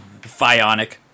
Fionic